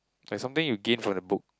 like something you gain from the book